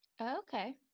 Okay